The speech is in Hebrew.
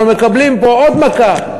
אנחנו מקבלים פה עוד מכה.